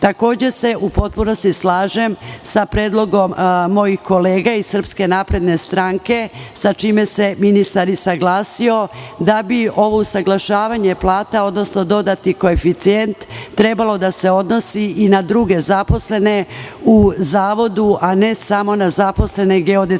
Takođe se u potpunosti slažem sa predlogom mojih kolega iz SNS, sa čime se ministar i saglasio, da bi ovo usaglašavanje plata, odnosno dodati koeficijent trebao da se odnosi i na druge zaposlene u zavodu, a ne samo na zaposlene geodetske